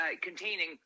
containing